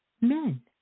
men